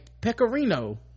pecorino